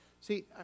See